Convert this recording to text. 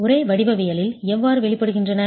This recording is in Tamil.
ஒரே வடிவவியலில் எவ்வாறு வெளிப்படுகின்றன